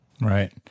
Right